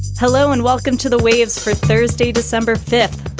hello and welcome to the waves for thursday, december fifth.